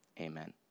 amen